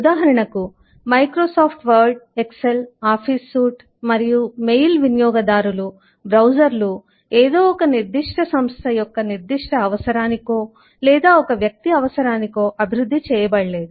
ఉదాహరణకు Microsoft Word Excel Office suite మరియు mail వినియోగదారులు బ్రౌజర్లు ఏదో ఒక నిర్దిష్ట సంస్థ యొక్క నిర్దిష్ట అవసరానికో లేదా ఒక వ్యక్తి అవసరానికో అభివృద్ధి చేయబడలేదు